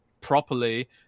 properly